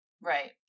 right